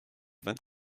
vingt